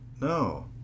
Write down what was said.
No